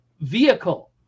vehicle